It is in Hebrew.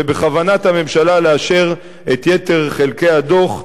ובכוונת הממשלה לאשר את יתר חלקי הדוח,